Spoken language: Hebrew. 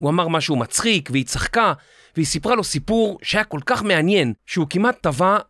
הוא אמר משהו מצחיק והיא צחקה והיא סיפרה לו סיפור שהיה כל כך מעניין שהוא כמעט טבע